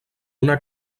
una